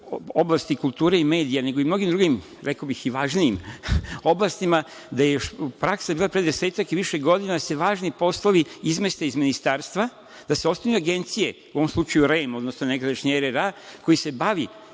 oblasti kulture i medija, već i sa mnogim drugim, rekao bih važnijim oblastima, da je praksa još pre desetak i više godina bila da se važni poslovi izmeste iz Ministarstva, da se osnuju agencije, u ovom slučaju REM, odnosno nekadašnji RRA, koja se bavi